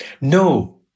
No